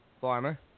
Farmer